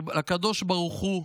הקדוש ברוך הוא,